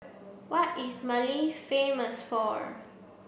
what is Mali famous for